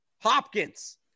Hopkins